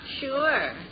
Sure